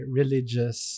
religious